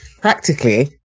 practically